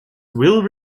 will